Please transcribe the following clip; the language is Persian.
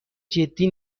جدی